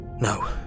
No